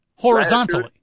horizontally